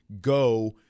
go